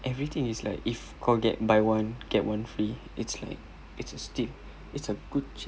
everything is like if kau buy one get one free it's like it's a steal it's a good